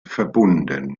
verbunden